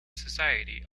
society